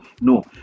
no